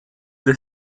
the